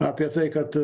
apie tai kad